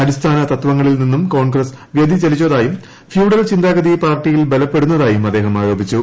അടിസ്ഥാന തത്വങ്ങളിൽ നിന്ന് കോൺഗ്രസ് വൃതിചലിച്ചതായും ഫ്യൂഡൽ ചിന്താഗതി പാർട്ടിയിൽ ബലപ്പെടുന്നതായും അദ്ദേഹം ആരോപിച്ചു